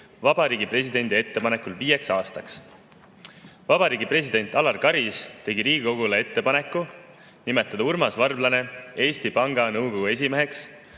Vabariigi Presidendi ettepanekul viieks aastaks. Vabariigi president Alar Karis tegi Riigikogule ettepaneku nimetada Urmas Varblane Eesti Panga Nõukogu esimeheks